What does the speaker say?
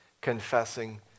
confessing